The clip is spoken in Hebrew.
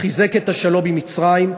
חיזק את השלום עם מצרים,